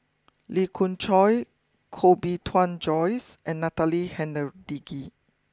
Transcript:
Lee Khoon Choy Koh Bee Tuan Joyce and Natalie Hennedige